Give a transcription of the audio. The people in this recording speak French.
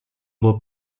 beau